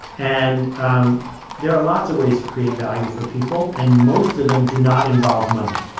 and um there are lots of ways to create value for people, and most of them do not involve money.